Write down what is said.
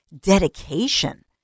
dedication